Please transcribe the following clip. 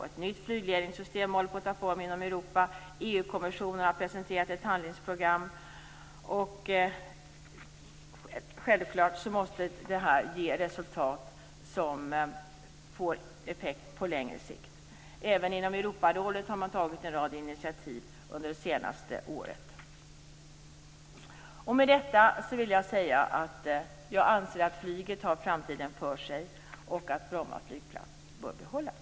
Ett nytt flygledningssystem håller på att ta form inom Europa och EU-kommissionen har presenterat ett handlingsprogram, vilket självfallet måste ge effekt på längre sikt. Även inom Europarådet har man tagit en rad initiativ under det senaste året. Med detta vill jag säga att jag anser att flyget har framtiden för sig och att Bromma flygplats bör behållas.